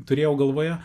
turėjau galvoje